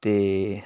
ਅਤੇ